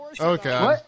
Okay